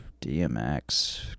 DMX